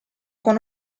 con